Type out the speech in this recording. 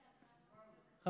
מס' 324, 345, 354, 359 ו-369.